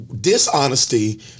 dishonesty